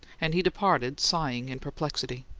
and he departed, sighing in perplexity.